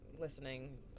listening